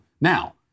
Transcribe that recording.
now